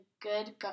good